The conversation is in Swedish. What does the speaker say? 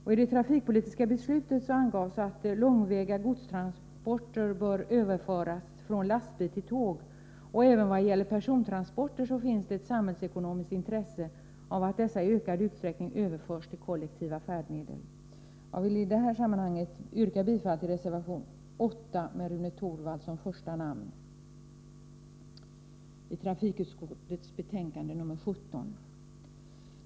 I det trafikpolitiska beslutet angavs att långväga godstransporter bör överföras från lastbil till tåg, och även i vad gäller persontransporter finns det ett samhällsekonomiskt intresse av att dessa i ökad utsträckning överförs till kollektiva färdmedel. Jag vill i det här sammanhanget yrka bifall till reservation 8 vid trafikutskottets betänkande 17 med Rune Torwald som första namn.